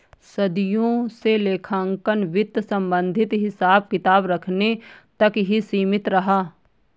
सदियों से लेखांकन वित्त संबंधित हिसाब किताब रखने तक ही सीमित रहा